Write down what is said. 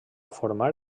formar